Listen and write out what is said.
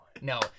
No